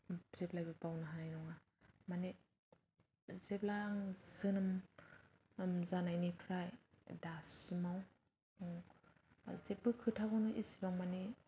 जेब्लाबो बावनो हानाय नङा माने जेब्ला आं जोनोम जानायनिफ्राय दासिमाव जेबो खोथाखौनो एसेबां माने